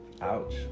Ouch